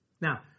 Now